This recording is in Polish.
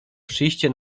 przyjście